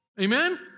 Amen